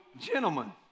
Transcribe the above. gentlemen